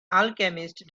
alchemist